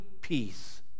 peace